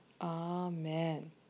Amen